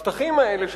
השטחים האלה,